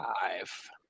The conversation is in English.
five